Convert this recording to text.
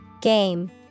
Game